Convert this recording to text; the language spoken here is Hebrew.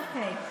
אוי אוי אוי.